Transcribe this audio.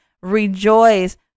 rejoice